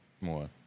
More